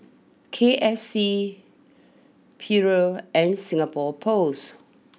K I C Perrier and Singapore post